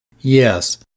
Yes